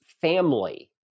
family